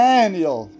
Daniel